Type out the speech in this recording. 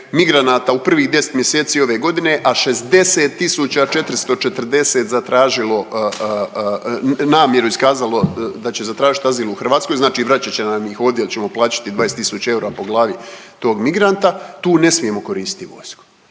u prvih 10 mjeseci ove godine, a 60.440 zatražilo namjeru iskazalo da će zatražit azil u Hrvatskoj, znači vraćat će nam ih ovdje ili ćemo plaćati 20 tisuća eura po glavi tog migranta, tu ne smijemo koristiti vojsku.